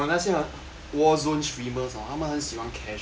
war zones streamers ah 他们很喜欢 cash 的 on how much you want cash